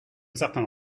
certains